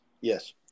Yes